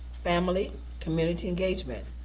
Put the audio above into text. family community engagement,